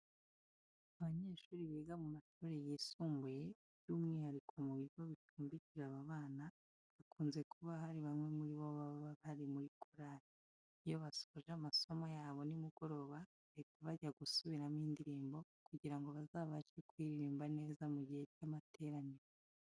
Abanyeshuri biga mu mashuri yisumbuye by'umwihariko mu bigo bicumbikira aba bana, hakunze kuba hari bamwe muri bo baba bari muri korari. Iyo basoje amasomo yabo nimugoroba bahita bajya gusubiramo indirimbo kugira ngo bazabashe kuyiririmba neza mu gihe cy'amateraniro.